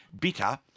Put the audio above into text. bitter